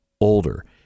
older